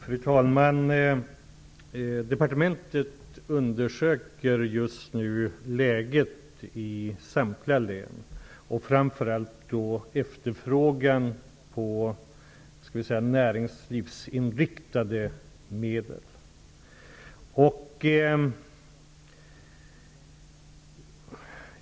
Fru talman! Departementet undersöker just nu läget i samtliga län och framför allt då efterfrågan på näringslivsinriktade medel.